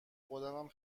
خودمم